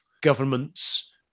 government's